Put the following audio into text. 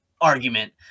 argument